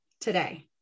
today